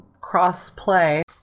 cross-play